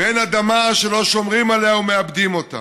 ואין אדמה שלא שומרים עליה ומעבדים אותה.